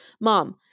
mom